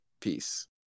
Peace